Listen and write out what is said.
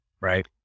Right